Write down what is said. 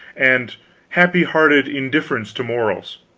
and happy-hearted indifference to morals.